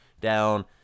down